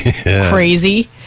Crazy